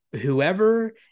whoever